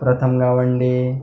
प्रथम गावंडे